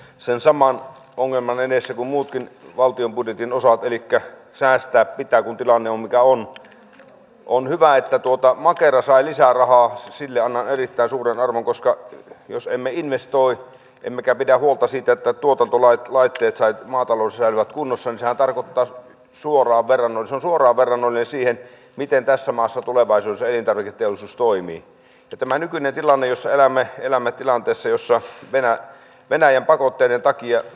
sen saman ongelman edessä kun muutkin valtion budjetin osat elikkä säästää pitää kun tilanne on mikä on se on hyvä että tuotan makera sai lisää rahaa sille on erittäin suuren arvon koska jos emme investoi emmekä pidä huolta siitä että tuotot ovat vaikeita imagollisella kunnossa ja tarkottaa suoraan verrannollisen suoraan verrannonee siihen miten tässä maassa tulevaisuuselintarviketeollisuus toimii tämä nykyinen tilanne jossa elämme elämme tilanteessa jossa vera venäjän pakotteiden takia